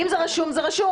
אם זה רשום זה רשום.